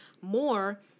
more